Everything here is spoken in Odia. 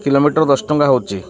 କିଲୋମିଟର ଦଶ ଟଙ୍କା ହେଉଛି